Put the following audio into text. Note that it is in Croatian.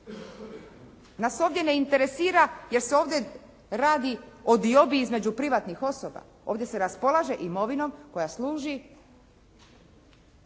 Nas ovdje ne interesira je li se ovdje radi u diobi između privatnih osoba, ovdje se raspolaže imovinom koja služi